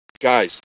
guys